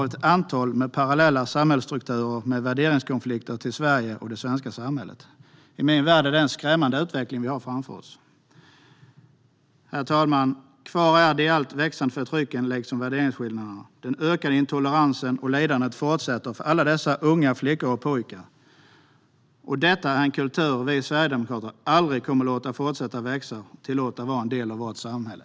Ett antal av dem har parallella samhällsstrukturer med värderingskonflikter gentemot Sverige och det svenska samhället. Enligt min mening är det en skrämmande utveckling vi har framför oss. Herr talman! Kvar finns det växande förtrycket, liksom värderingsskillnaderna. Den ökande intoleransen och lidandet fortsätter för alla dessa unga flickor och pojkar. Detta är en kultur vi sverigedemokrater inte kommer att låta fortsätta växa. Vi kommer aldrig att tillåta den att vara en del av vårt samhälle.